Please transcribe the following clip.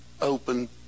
open